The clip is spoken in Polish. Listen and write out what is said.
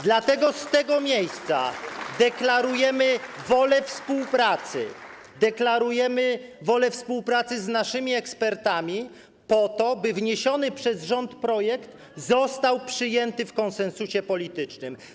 Dlatego z tego miejsca deklarujemy wolę współpracy, deklarujemy wolę współpracy wraz z naszymi ekspertami po to, by wniesiony przez rząd projekt został przyjęty w konsensusie politycznym.